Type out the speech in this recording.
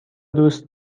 دوست